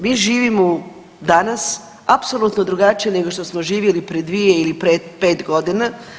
Mi živimo danas apsolutno drugačije nego što smo živjeli pred dvije ili pred pet godina.